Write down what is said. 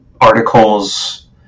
articles